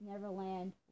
Neverland